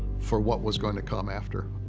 for what was going to come after,